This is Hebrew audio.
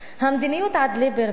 המדיניות עד ליברמן,